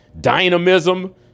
dynamism